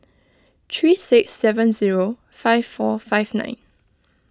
three six seven zero five four five nine